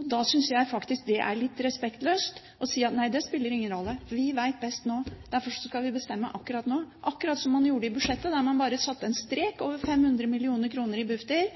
Og da synes jeg faktisk det er litt respektløst å si at nei, det spiller ingen rolle, vi vet best nå, derfor skal vi bestemme akkurat nå, akkurat som man gjorde i budsjettet, der man bare satte en strek over 500 mill. kr til Bufdir